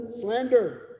slander